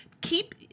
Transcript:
keep